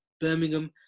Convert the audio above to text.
Birmingham